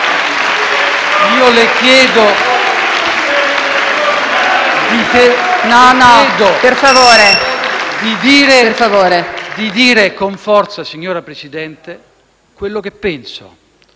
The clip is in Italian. Le chiedo di dire con forza, signor Presidente, quello che penso